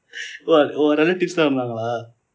what உன்:un relatives எல்லாம் இருந்தார்களா:ellam irundhaargalaa